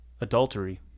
Adultery